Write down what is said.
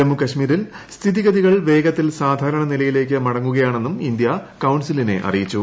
ജമ്മു കശ്മീരിൽ സ്ഥിതിഗതികൾ വേഗത്തിൽ സാധാരണ നിലയിലേക്ക് മടങ്ങുകയാണെന്നും ഇന്ത്യ കൌൺസിലിനെ അറിയിച്ചു